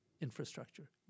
infrastructure